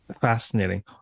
Fascinating